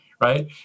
right